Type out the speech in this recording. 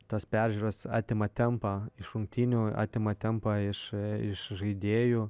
tos peržiūros atima tempą iš rungtynių atima tempą iš iš žaidėjų